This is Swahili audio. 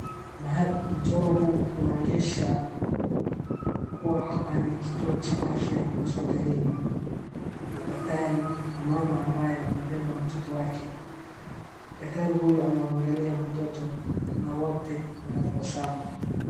Mchoro huu unaonyesha kuwa hapa ni kituo cha afya hospitalini. Kuna daktari na mama ambaye amebeba mtoto wake. Daktari huyu anawaangalia mtoto na wote wanatabasamu.